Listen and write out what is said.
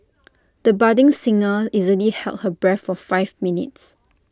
the budding singer easily held her breath for five minutes